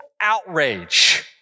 outrage